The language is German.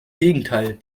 gegenteil